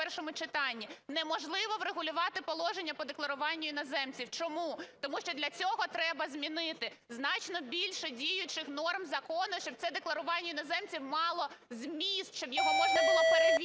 неможливо врегулювати положення по декларуванню іноземців. Чому? Тому що для цього треба змінити значно більше діючих норм закону, щоб це декларування іноземців мало зміст, щоб його можна було перевірити,